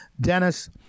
Dennis